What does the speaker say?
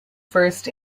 first